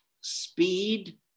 speed